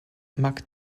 mac